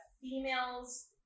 females